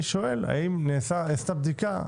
את זה לכיוון 6 מתוך 6. אני שואלה אם נעשתה בדיקה,